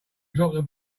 dropped